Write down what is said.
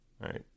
Right